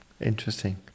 Interesting